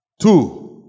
Two